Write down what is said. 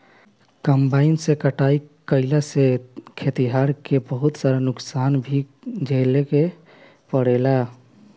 combine से कटाई कईला से खेतिहर के बहुत सारा नुकसान भी झेले के पड़ेला